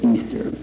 Easter